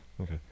okay